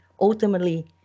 ultimately